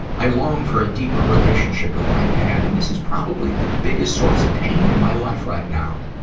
i long for a deeper relationship with my dad, and this is probably the biggest source of pain in my life right now.